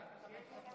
אלי, זה אני פה.